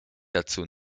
dazu